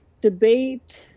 debate